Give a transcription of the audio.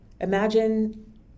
imagine